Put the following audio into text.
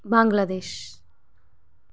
Bangladesh